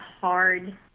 hard